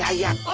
ah yet